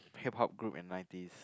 Hip Hop group in nineties